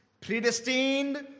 predestined